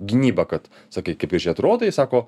gynyba kad sakai kaip gražiai atrodai sako